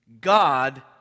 God